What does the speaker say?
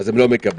הם לא מקבלים.